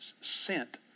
sent